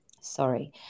Sorry